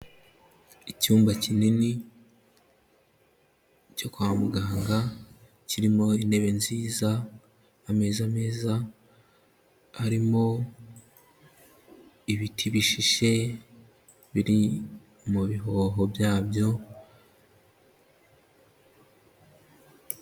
Icyumba kinini cyo kwa muganga, kirimo intebe nziza, ameza meza, harimo ibiti bishishe biri mu bihoho byabyo.